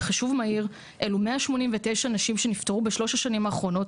בחישוב מהיר אלו 189 נשים שנפטרו בשנים האחרונות